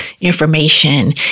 information